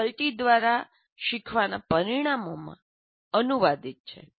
faculty દ્વારા શીખવાના પરિણામોમાં અનુવાદિત છે